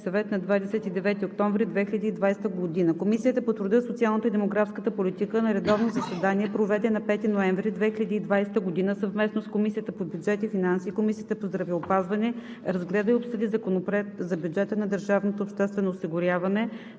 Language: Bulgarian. съвет на 29 октомври 2020 г. Комисията по труда, социалната и демографската политика на редовно заседание, проведено на 5 ноември 2020 г., съвместно с Комисията по бюджет и финанси и Комисията по здравеопазване разгледа и обсъди Законопроект за бюджета на държавното обществено осигуряване